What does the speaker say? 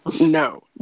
no